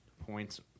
points